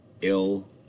Ill